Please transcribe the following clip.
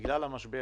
בגלל המשבר,